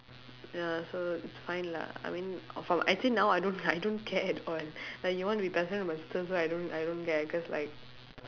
ya so it's fine lah I mean of uh actually now I don't I don't care at all like you want to be best friend with my sister also I don't I don't care cause like